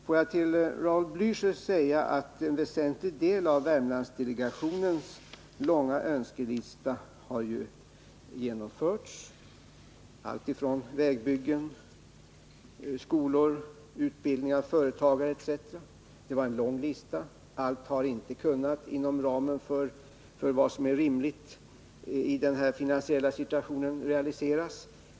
Får jag säga till Raul Blächer att en väsentlig del av Värmlandsdelegationens långa önskelista har genomförts — alltifrån vägbyggen och skolor till utbildning av företagare etc. Det var en lång lista. Allt har inte kunnat realiseras, inom ramen för vad som är rimligt i nuvarande finansiella situation.